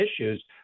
issues